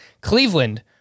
Cleveland